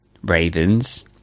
ravens